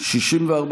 הוועדה, נתקבל.